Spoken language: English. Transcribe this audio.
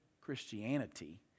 Christianity